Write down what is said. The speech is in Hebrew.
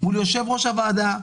מול יושב-ראש הוועדה,